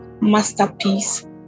masterpiece